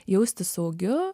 jaustis saugiu